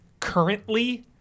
currently